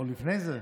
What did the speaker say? עוד לפני זה,